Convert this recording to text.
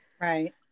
Right